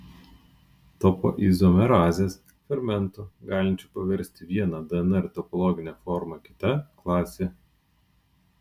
topoizomerazės fermentų galinčių paversti vieną dnr topologinę formą kita klasė